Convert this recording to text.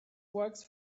works